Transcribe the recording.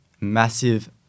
massive